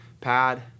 pad